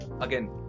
Again